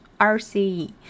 RCE